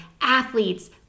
athletes